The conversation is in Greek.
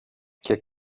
και